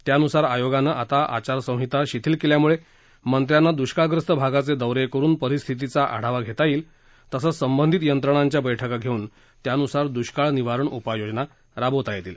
त्यानुसार आयोगानं आता आचारसंहिता शिथील केल्यामुळे मंत्र्यांना दुष्काळग्रस्त भागाचे दौरे करून परिस्थितीचा आढावा घेता येईल तसच संबंधित यंत्रणांच्या बरुक्का घेऊन त्यानुसार दुष्काळ निवारण उपाययोजना राबवता येतील